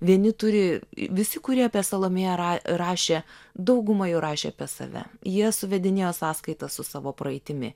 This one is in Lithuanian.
vieni turi visi kurie apie salomėją rašė dauguma jų rašė apie save jie suvedinėjo sąskaitas su savo praeitimi